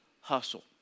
hustle